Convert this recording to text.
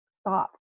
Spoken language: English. stop